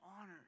honor